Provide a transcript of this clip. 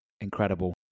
incredible